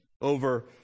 over